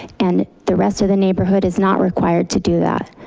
and the rest of the neighborhood is not required to do that.